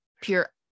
pure